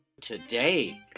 Today